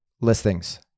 listings